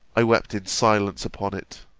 i wept in silence upon it.